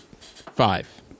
Five